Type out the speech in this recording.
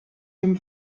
dem